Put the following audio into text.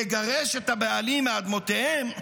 יגרש את הבעלים מאדמותיהם,